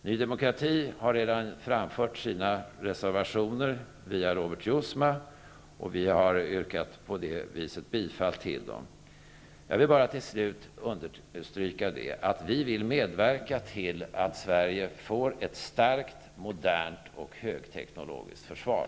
Ny demokrati har redan framfört sina reservationer via Robert Jousma, och vi har på det viset yrkat bifall till dem. Jag vill bara till slut understryka att vi vill medverka till att Sverige får ett starkt, modernt och högteknologiskt försvar.